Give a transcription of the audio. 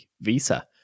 Visa